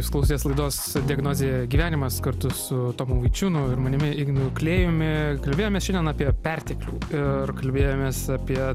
jūs klausėtės laidos diagnozė gyvenimas kartu su tomu vaičiūnu ir manimi ignu klėjumi kalbėjomės šiandien apie perteklių ir kalbėjomės apie